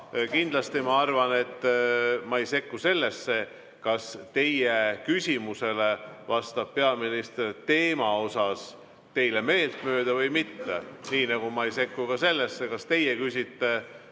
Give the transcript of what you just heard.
kindlasti ma arvan, et ma ei sekku sellesse, kas teie küsimusele vastab peaminister teema osas teile meeltmööda või mitte, nii nagu ma ei sekku sellesse, kas teie küsite